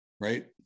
right